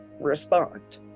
respond